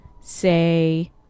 say